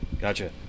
Gotcha